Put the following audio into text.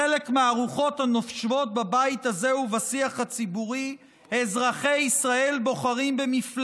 חבורת צבועים יושבים פה, חבר הכנסת אמסלם, קריאה